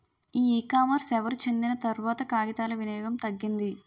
ఈ కామర్స్ ఎవరు చెందిన తర్వాత కాగితాల వినియోగం తగ్గింది